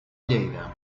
lleida